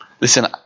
Listen